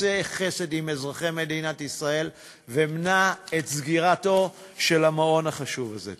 עשה חסד עם אזרחי מדינת ישראל ומנע את סגירתו של המעון החשוב הזה.